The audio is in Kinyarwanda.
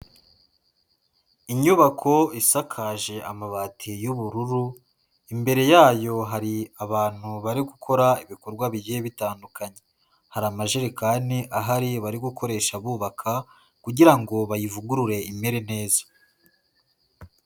Inyubako isakaje amabati y'ubururu, imbere yayo hari abantu bari gukora ibikorwa bigiye bitandukanye, hari amajerekani ahari bari gukoresha bubaka kugirango ngo bayivugurure imere neza.